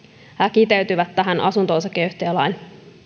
kiteytyvät tähän asunto osakeyhtiölain